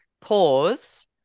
pause